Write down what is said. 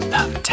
Love